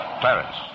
Clarence